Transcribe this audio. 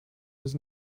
was